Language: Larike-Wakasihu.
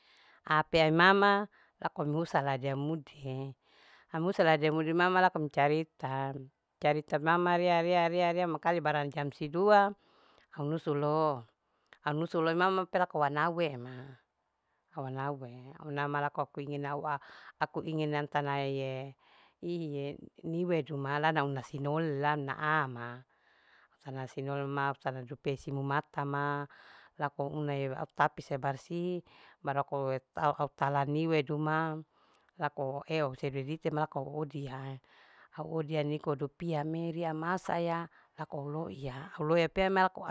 Apea imama laku au husa au laidia mudie au husa au lae dia mudi mama laku ami carita. carita mama ria. ria. ria. ria mangkali barang jam sidua au nusu lo au nusu lo imama pe laku au anau emama awanawe anauma laku aku ingin aua aku ingin auntanae hihie. niwedu ma laku auna una sinolela amina aya au una sinole ma au tana dupia isimu mata lako au una au tapi sea barsih baru au talaniweduma laku au eu huse udedite laku au odia au au odia niko dupia meria masaya laku au loiya. laku auloiya pea am